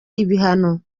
ibihano